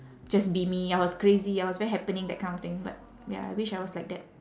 just be me I was crazy I was very happening that kind of thing but ya I wish I was like that